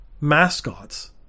mascots